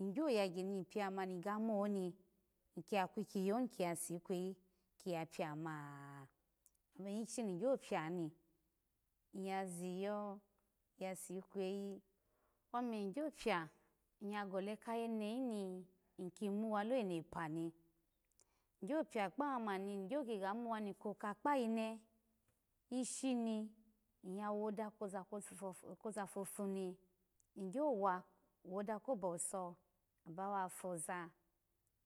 Ny gyo yagya ni pio ma ny ga muni, ny kiya kukiyo hin kiya si kweyi kiya pio ma ome ishi ni gyolo pioni, ny ya ziyo ya shisikweyi nyya gole kha yene hin hi kimawa lo enope ni ny gyo plo kapawa ina ny gyo ki ga muwa ni koka koa yine ishi ni nyya woda koza kotufo koza fafu ni ny gyo wa woda kobo wuso, abawa foza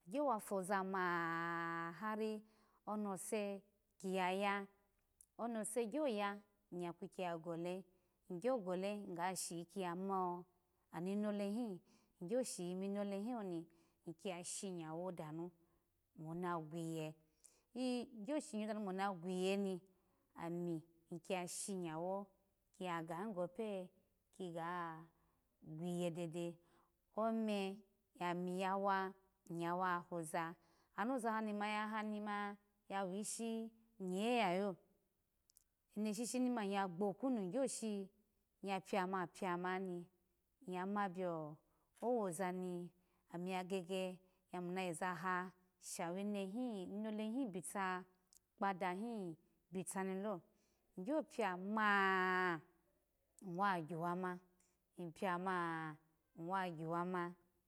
agyoba foza ma hari one se kiya ya, onose yoya nyya kukya ya gole, ny gyo gole ny ga shiyi kiya ma ni nolehi, ny gyo shiyi minole hin oni ny kiya shinyo danu mona gwaye eh gyo shinyo danu now na gwuye ni ami akiya shinyo kiya gahin go beye ga gwaye dede ome ami ya wa nyya wa hoza ano za na mi ni ma yawishi nye yo, eno shishini ma nyya gbo kunu ny gyo shi nyya plo ma plo ma hi nyya ma blo owoza na mi ya gege na yoza hashi wa nehin inolehi bitakpadahi bita ni lo ny gyo pio ma nyya wa gwa wa ma, ny plo ma nyya wa gwa ma